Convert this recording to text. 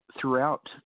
throughout